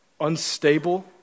unstable